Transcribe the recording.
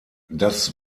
das